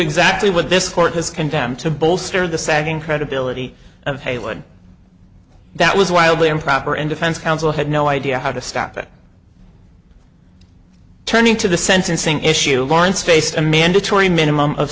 exactly what this court has condemned to bolster the sagging credibility of halen that was wildly improper and defense counsel had no idea how to stop it turning to the sentencing issue lawrence faced a mandatory minimum of